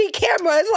cameras